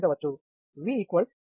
V G 1